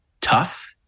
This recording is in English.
tough